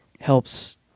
helps